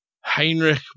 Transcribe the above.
Heinrich